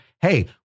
Hey